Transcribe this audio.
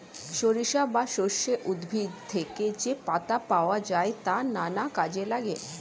সরিষা বা সর্ষে উদ্ভিদ থেকে যে পাতা পাওয়া যায় তা নানা কাজে লাগে